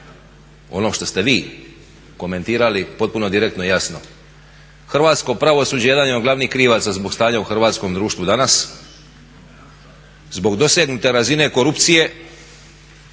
onom što ste vi komentirali potpuno direktno i jasno. Hrvatsko pravosuđe jedan je od glavnih krivaca zbog stanja u hrvatskom društvu danas, zbog dosegnute razine korupcije,